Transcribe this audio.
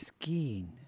skin